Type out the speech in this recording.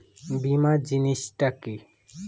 বীমা জিনিস টা কি?